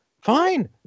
Fine